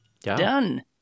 Done